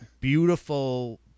beautiful